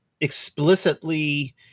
explicitly